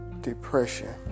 depression